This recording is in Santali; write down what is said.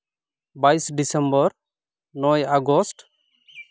ᱵᱟᱭᱤᱥᱮ ᱰᱤᱥᱮᱢᱵᱚᱨ ᱱᱚᱭᱮ ᱟᱜᱚᱥᱴ